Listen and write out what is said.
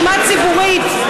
דוגמה ציבורית,